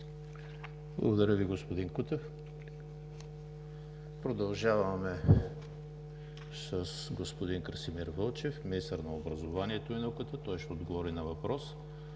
Благодаря Ви, господин Кутев. Продължаваме с господин Красимир Вълчев – министър на образованието и науката. Той ще отговори на въпрос